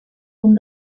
punt